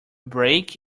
break